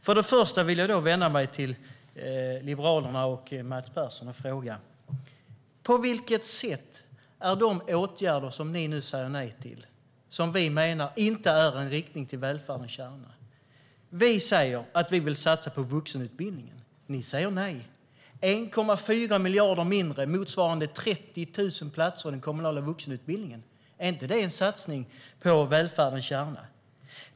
Först och främst vill jag vända mig till Liberalerna och Mats Persson och fråga: På vilket sätt är de åtgärder som ni nu säger nej till inte riktade mot välfärdens kärna? Vi säger att vi vill satsa på vuxenutbildningen. Ni säger nej. Det är 1,4 miljarder mindre motsvarande 30 000 platser i den kommunala vuxenutbildningen. Är inte det en satsning på välfärdens kärna?